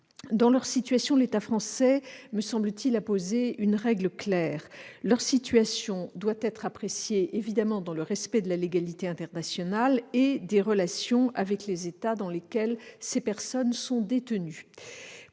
Dans leur situation, l'État français a posé une règle claire : leur situation doit être appréciée dans le respect de la légalité internationale et des relations avec les États dans lesquels ces personnes sont détenues.